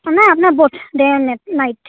মানে আপোনাৰ both day and নাট নাইট